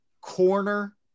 corner